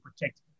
protect